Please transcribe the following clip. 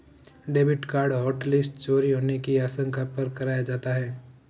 debit card hotlist चोरी होने की आशंका पर कराया जाता है